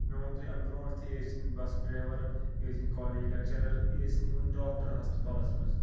مےٚ ووٚنُو تۄہہِ اَمہِ برٛونٛٹھ تہِ یہِ أسۍ چھِنہٕ بَس ڈرٛیوَر یہِ ٲسِن کالیج لٮ۪کچِرَر یہِ ٲسِن اِوٕن ڈاکٹر ہَسپٕتالَس منٛز